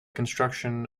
construction